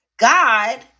God